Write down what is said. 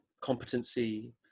competency